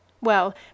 Well